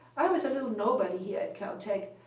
i was a little nobody here at caltech,